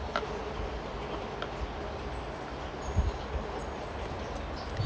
Z>